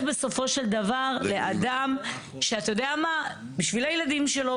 בסופו של דבר לאדם שבשביל הילדים שלו,